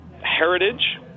heritage